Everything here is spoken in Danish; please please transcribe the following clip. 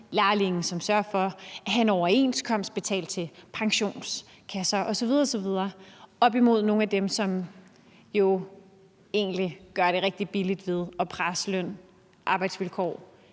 lærlinge, og som sørger for at have en overenskomst, betale til pensionskasser osv. osv., og som er oppe mod nogle andre, som gør det rigtig billigt ved at presse løn, arbejdsvilkår